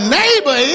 neighbor